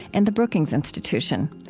and the brookings institution.